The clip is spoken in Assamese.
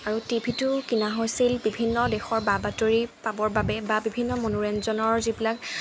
আৰু টিভিটো কিনা হৈছিল বিভিন্ন দেশৰ বা বাতৰি পাবৰ বাবে বা বিভিন্ন মনোৰঞ্জনৰ যিবিলাক